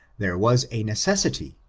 there was a necessity,